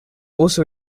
also